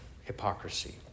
hypocrisy